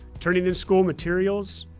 turning in school materials,